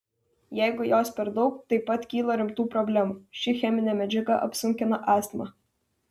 jeigu jos per daug taip pat kyla rimtų problemų ši cheminė medžiaga apsunkina astmą